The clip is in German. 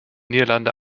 niederlande